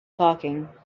talking